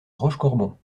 rochecorbon